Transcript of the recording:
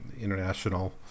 international